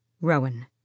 Rowan